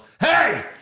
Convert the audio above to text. Hey